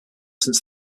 since